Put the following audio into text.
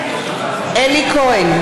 אלי כהן,